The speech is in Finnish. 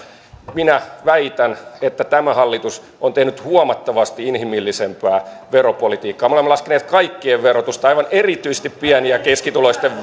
minä väitän että tämä hallitus on tehnyt huomattavasti inhimillisempää veropolitiikkaa me olemme laskeneet kaikkien verotusta aivan erityisesti pieni ja keskituloisten